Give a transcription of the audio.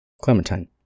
Clementine